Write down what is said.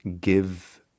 give